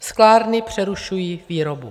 Sklárny přerušují výrobu.